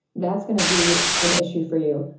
that's gonna be an issue for you.